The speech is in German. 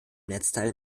netzteil